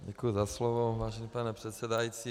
Děkuji za slovo, vážený pane předsedající.